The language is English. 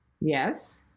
Yes